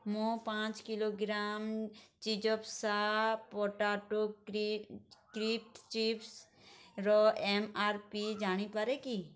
ମୁଁ ପାଞ୍ଚ କିଲୋଗ୍ରାମ୍ ଚିଜପ୍ପା ପଟାଟୋ କ୍ରିସ୍ପ୍ ଚିପ୍ସ୍ର ଏମ୍ ଆର ପି ଜାଣିପାରେ କି